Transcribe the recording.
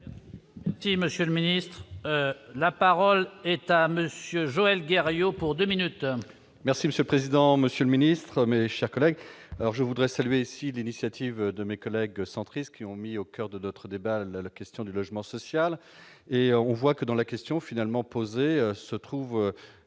Oui, Monsieur le Ministre, la parole est à monsieur Joël Guerriau pour 2 minutes. Merci monsieur le président, Monsieur le Ministre, mes chers collègues, alors je voudrais saluer si l'initiative de mes collègues centristes qui ont mis au coeur de notre débat la question du logement social et on voit que dans la question finalement posée, se trouvent